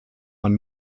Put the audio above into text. man